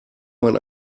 man